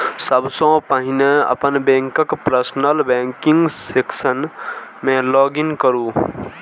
सबसं पहिने अपन बैंकक पर्सनल बैंकिंग सेक्शन मे लॉग इन करू